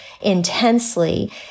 intensely